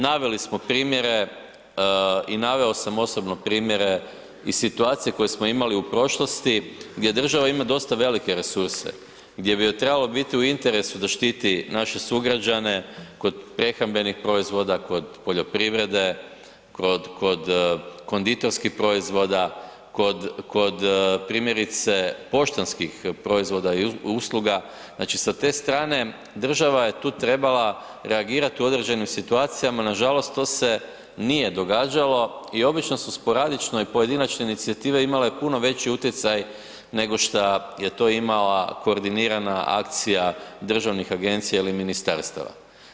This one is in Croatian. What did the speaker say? Naveli smo primjere i naveo sam osobno primjere i situacije koje smo imali u prošlosti gdje država ima dosta velike resurse, gdje bi joj trebalo biti u interesu da štiti naše sugrađane kod prehrambenih proizvoda, kod poljoprivrede, kod, kod konditorskih proizvoda, kod, kod primjerice poštanskih proizvoda i usluga, znači sa te strane država je tu trebala reagirati u određenim situacijama, nažalost to se nije događalo i obično su sporadično i pojedinačne inicijative imale puno veći utjecaj nego što je to imala koordinirana akcija državnih agencija ili ministarstava.